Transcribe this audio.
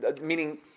meaning